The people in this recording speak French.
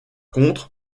contre